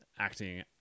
acting